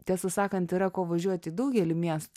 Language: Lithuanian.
tiesą sakant yra ko važiuoti į daugelį miestų